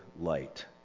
light